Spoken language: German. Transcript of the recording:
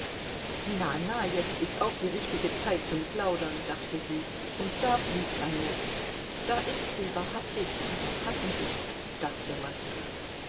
na na jetzt ist auch die richtige zeit zum plaudern dachte sie und da fliegt eine da ist sie wahrhaftig die verpassen sie dachte laska